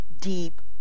deep